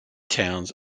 towns